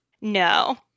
no